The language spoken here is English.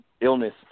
illness